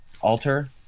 Alter